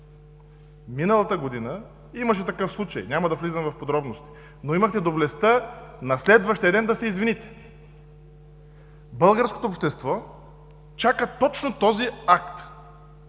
миналата година имаше такъв случай. Няма да влизам в подробности, но имахте доблестта на следващия ден да се извините. Българското общество, чака точно този акт.